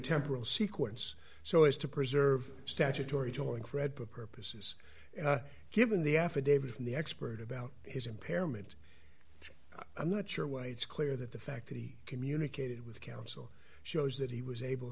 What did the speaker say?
temporal sequence so as to preserve statutory joerg read purposes given the affidavit from the expert about his impairment i'm not sure why it's clear that the fact that he communicated with counsel shows that he was able